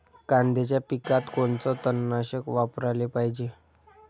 कांद्याच्या पिकात कोनचं तननाशक वापराले पायजे?